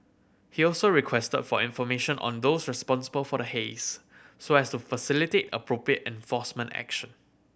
he also requested for information on those responsible for the haze so as to facilitate appropriate enforcement action